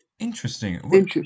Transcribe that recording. Interesting